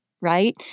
right